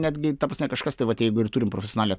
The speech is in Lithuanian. netgi ta prasme kažkas tai vat jeigu ir turim profesionalią